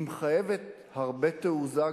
היא מחייבת גם הרבה תעוזה.